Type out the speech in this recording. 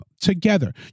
together